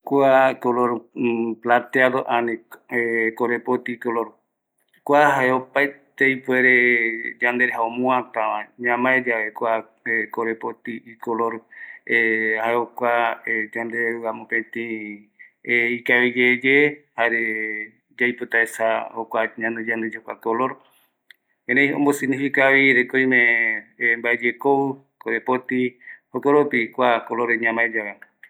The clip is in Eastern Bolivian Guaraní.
Kua aesa ye pira plateado va jokua se amojanga voi ara vaera se ayu vaere oyekua vera jaera se ma aiporu vaera se ayu re aruata rangagua yandeayureta jaema se jokuare se ma ayemongueta aiporu